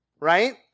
right